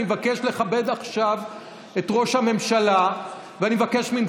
אני מבקש לאפשר לראש הממשלה לדבר.